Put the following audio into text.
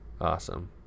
Awesome